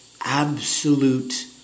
absolute